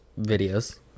videos